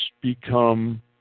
become